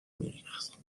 میریخت